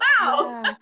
wow